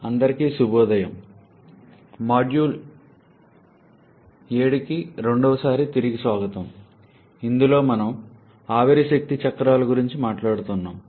అందరికీ శుభోదయం మాడ్యూల్ 7కి రెండవసారి తిరిగి స్వాగతం ఇందులో మనము ఆవిరి శక్తి చక్రాల గురించి మాట్లాడుతున్నాము